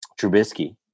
Trubisky